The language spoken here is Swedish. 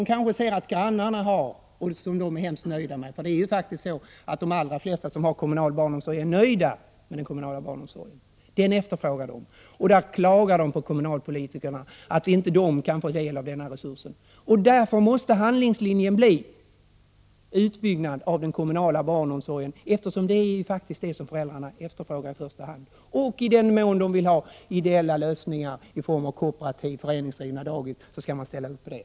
De kanske ser att grannarna har kommunal barnomsorg som de är mycket nöjda med. De allra flesta som har kommunal barnomsorg är ju nöjda med den. Den efterfrågas av föräldrarna, och de klagar på kommunalpolitikerna för att de inte kan få del av denna resurs. Därför måste handlingslinjen bli en utbyggnad av den kommunala barnomsorgen, eftersom det är vad föräldrarna efterfrågar i första hand. I den mån de vill ha ideella lösningar i form av kooperativa föreningsdrivna dagis skall man ställa upp på det.